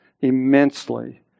immensely